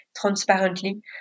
transparently